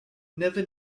never